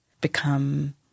become